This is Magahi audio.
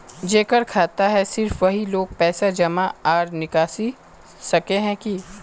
जेकर खाता है सिर्फ वही लोग पैसा जमा आर निकाल सके है की?